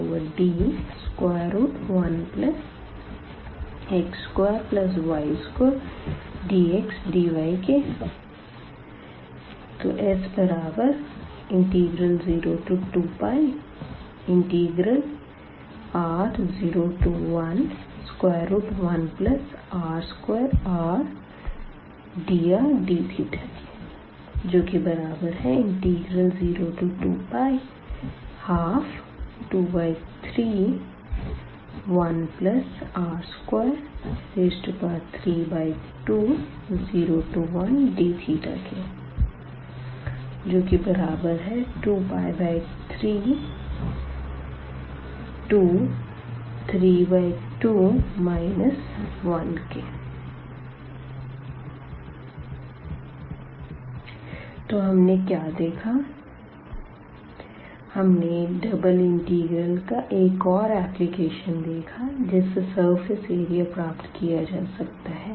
zxyzyx S∬D1x2y2dxdy S02πr011r2rdrdθ 02π12231r23201dθ 2π3232 1 तो हमने क्या देखा हमने डबल इंटीग्रल का एक और एप्लिकेशन देखा जिस से सरफेस एरिया प्राप्त किया जा सकता है